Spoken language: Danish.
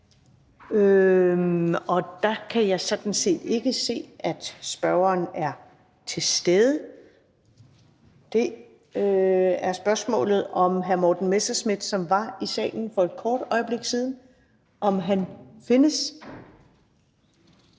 Der kan jeg sådan set ikke se, at spørgeren er til stede. Der er spørgsmålet, om hr. Morten Messerschmidt, som var i salen for et kort øjeblik siden, findes.